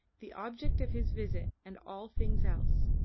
the object of his visit and all things else,